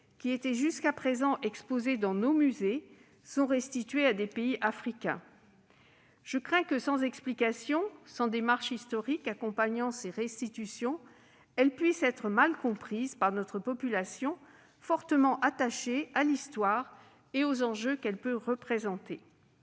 qui étaient jusqu'à présent exposés dans nos musées sont restitués à des pays africains. Je crains que, sans explication et sans démarche historique accompagnant ces restitutions, ces dernières puissent être mal comprises par notre population fortement attachée à l'histoire et aux enjeux qu'elle peut représenter.